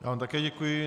Já vám také děkuji.